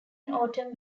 autumn